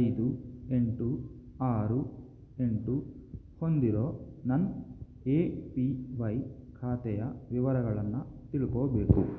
ಐದು ಎಂಟು ಆರು ಎಂಟು ಹೊಂದಿರೋ ನನ್ನ ಎ ಪಿ ವೈ ಖಾತೆಯ ವಿವರಗಳನ್ನು ತಿಳ್ಕೋಬೇಕು